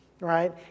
right